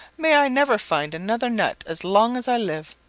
may i never find another nut as long as i live.